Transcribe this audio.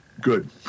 good